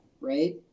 right